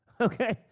Okay